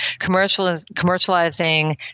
commercializing